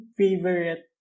favorite